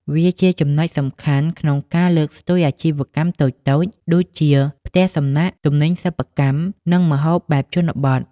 វាជាចំណុចសំខាន់ក្នុងការលើកស្ទួយអាជីវកម្មតូចៗដូចជា ផ្ទះសំណាក់ ទំនិញសិប្បកម្ម និងម្ហូបបែបជនបទ។